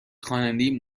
خواننده